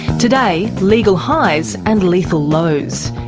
today, legal highs and lethal lows.